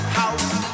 house